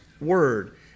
Word